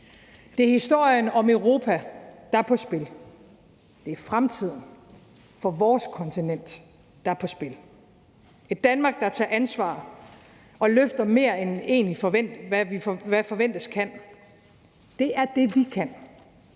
Det er historien om Europa, der står på spil. Det er fremtiden for vores kontinent, der står på spil. Et Danmark, der tager ansvar og løfter mere, end hvad forventes kan, er det, vi kan.